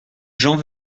jean